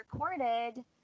recorded